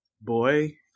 boy